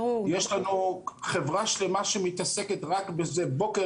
יש לנו חברה שלמה שמתעסקת רק בזה בוקר,